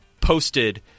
posted